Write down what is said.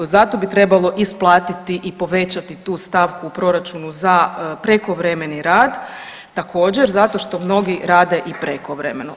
Zato bi trebalo isplatiti i povećati tu stavku u proračunu za prekovremeni rad, također zato što mnogi rade i prekovremeno.